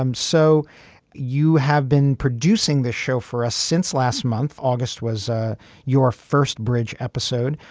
um so you have been producing this show for us since last month august was ah your first bridge episode.